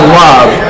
love